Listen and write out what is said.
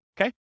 Okay